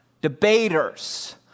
debaters